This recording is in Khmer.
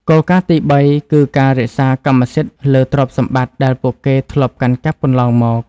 គោលការណ៍ទីបី គឺការរក្សាកម្មសិទ្ធិលើទ្រព្យសម្បត្តិដែលពួកគេធ្លាប់កាន់កាប់កន្លងមក។